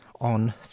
on